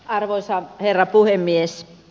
arvoisa herra puhemies